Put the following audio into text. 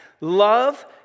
love